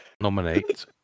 Nominate